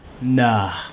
Nah